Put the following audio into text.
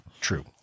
True